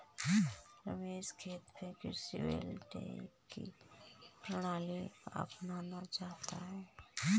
रमेश खेत में कृषि वोल्टेइक की प्रणाली अपनाना चाहता है